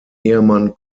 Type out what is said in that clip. ehemann